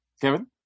Kevin